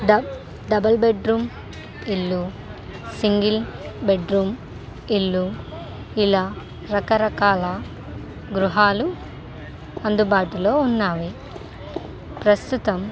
డ double bedroom ఇల్లు single bedroom ఇల్లు ఇలా రకరకాల గృహాలు అందుబాటులో ఉన్నాయి ప్రస్తుతం